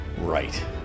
Right